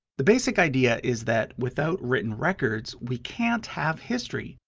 the basic idea is that without written records, we can't have history.